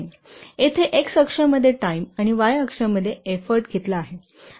येथे X अक्षामध्ये time आणि Y अक्षमध्ये एफ्फोर्ट घेतला आहे